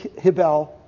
hibel